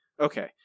Okay